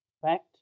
Fact